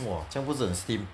!wah! 这样不是很 stim